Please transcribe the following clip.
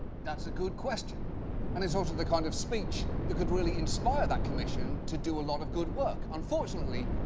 that's a good question and it's also the kind of speech that could really inspire that commission to do a lot of good work. unfortunately,